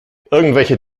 irgendwelche